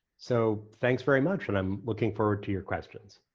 so thanks very much and i'm looking forward to your questions.